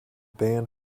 band